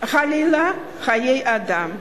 חלילה חיי אדם.